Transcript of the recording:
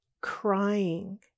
crying